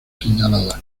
señaladas